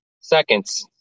seconds